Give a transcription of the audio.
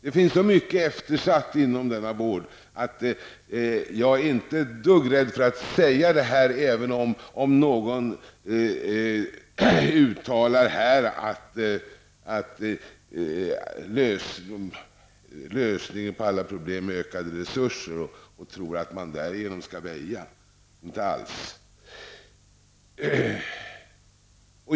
Det finns faktiskt så mycket eftersatt inom denna vård, att jag inte är ett dugg rädd för att säga det här, även om någon här har uttalat att lösningen på hela problemet är ökade resurser. Så är det inte alls.